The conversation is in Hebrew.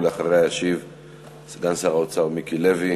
אחריה ישיב סגן שר האוצר מיקי לוי.